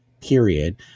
period